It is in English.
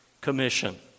commission